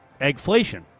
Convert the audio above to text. eggflation